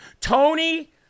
Tony